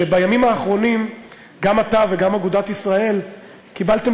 שבימים האחרונים גם אתה וגם אגודת ישראל קיבלתם